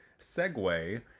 segue